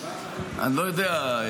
אני לא יודע,